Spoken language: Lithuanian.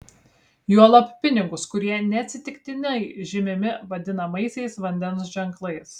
juolab pinigus kurie neatsitiktinai žymimi vadinamaisiais vandens ženklais